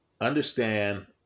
Understand